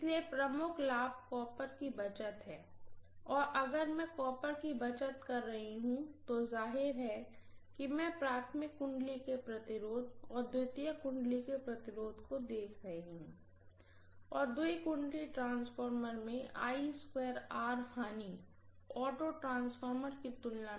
इसलिए प्रमुख लाभ कॉपर की बचत है और अगर मैं कॉपर की बचत कर रही हूँ तो जाहिर है कि अगर मैं प्राइमरीवाइंडिंग के रेजिस्टेंस और सेकेंडरी वाइंडिंग के रेजिस्टेंस को देख रही हूँ तो द्वी वाइंडिंग ट्रांसफार्मर में लॉस ऑटो ट्रांसफार्मर की तुलना में दुगनी होगी